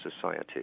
society